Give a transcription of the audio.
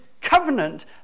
covenant